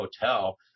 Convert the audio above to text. hotel